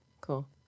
cool